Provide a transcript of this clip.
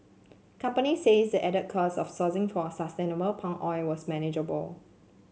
companies says the added costs of sourcing for sustainable palm oil was manageable